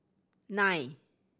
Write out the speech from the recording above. nine